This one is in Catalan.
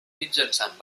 mitjançant